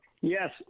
Yes